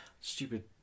stupid